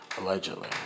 allegedly